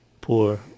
poor